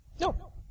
No